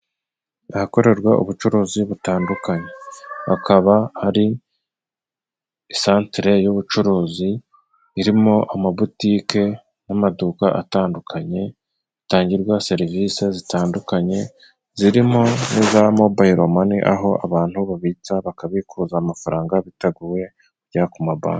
Ahakorerwa ubucuruzi butandukanye. Hakaba ari isantere y'ubucuruzi irimo amabutiki n'amaduka atandukanye, hatangirwa serivisi zitandukanye zirimo n'iza mobayiro mane, aho abantu babitsa bakabikuza amafaranga biteguye kujya ku mabanki.